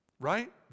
right